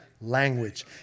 language